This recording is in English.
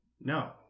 no